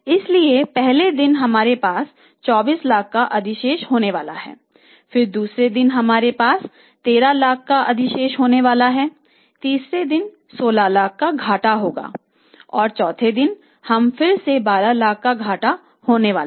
इसलिए पहले दिन हमारे पास 24 लाख का अधिशेष होने वाला है फिर दूसरे दिन हमारे पास13 लाख का अधिशेष होने वाला है तीसरे दिन हमें 16 लाख का घाटा होने वाला है चौथे दिन हमें फिर से 12 लाख का घाटा होने वाले हैं